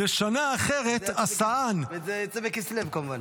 לשנה אחרת עשאן -- זה בכסלו, כמובן.